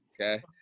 okay